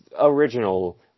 original